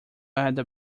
ada